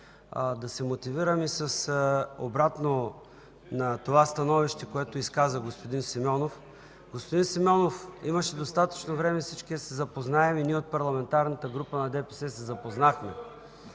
ще се мотивирам и с обратното на становището, което изказа господин Симеонов. Господин Симеонов, имаше достатъчно време всички да се запознаем. Ние от Парламентарната група на ДПС се запознахме.